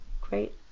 great